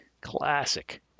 Classic